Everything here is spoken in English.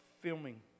filming